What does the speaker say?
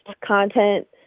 content